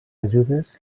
ajudes